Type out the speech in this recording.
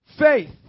Faith